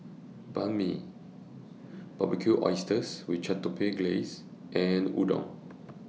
Banh MI Barbecued Oysters with Chipotle Glaze and Udon